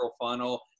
funnel